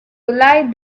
light